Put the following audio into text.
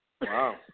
Wow